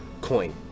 coin